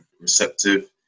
receptive